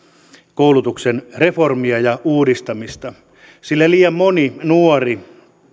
koulutuksen reformia ja uudistamista sillä liian moni nuori